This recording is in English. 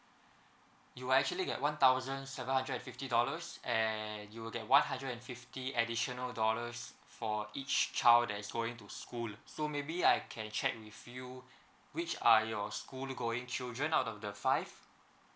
you will actually get one thousand seven hundred and fifty dollars and you'll get one hundred and fifty additional dollars for each child that is going to school so maybe I can check with you which are your school going children out of the five